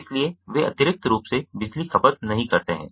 इसलिए वे अतिरिक्त रूप से बिजली खपत नहीं करते है